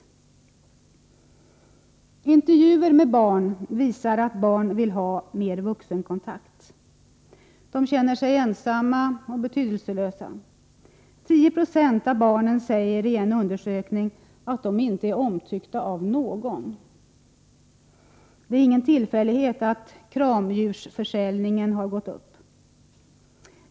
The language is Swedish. Intervjuer med barn visar att barn vill ha mer vuxenkontakt. De känner sig ensamma och betydelselösa. 10 20 av barnen säger i en undersökning att de inte är omtyckta av någon. Det är ingen tillfällighet att kramdjursförsäljningen har gått upp.